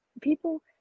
people